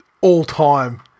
all-time